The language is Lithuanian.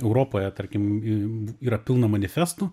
europoje tarkim y yra pilna manifestų